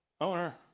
owner